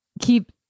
keep